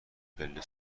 پله